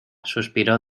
suspiró